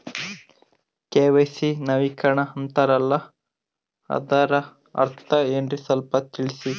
KYC ನವೀಕರಣ ಅಂತಾರಲ್ಲ ಅದರ ಅರ್ಥ ಏನ್ರಿ ಸ್ವಲ್ಪ ತಿಳಸಿ?